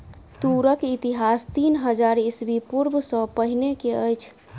तूरक इतिहास तीन हजार ईस्वी पूर्व सॅ पहिने के अछि